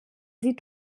sie